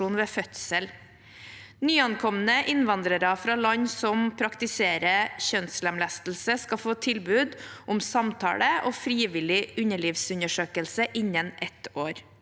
Nyankomne innvandrere fra land som praktiserer kjønnslemlestelse, skal få tilbud om samtale og frivillig underlivsundersøkelse innen ett år.